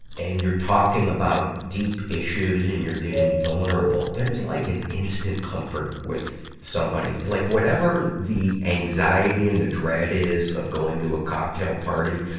and you're talking about deep issues ad and you're getting vulnerable, there's like an instant comfort with somebody. like whatever the anxiety and the dread is of going to a cocktail party,